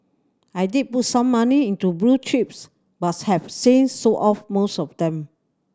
I did put some money into blue chips buts have since sold off most of them